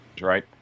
right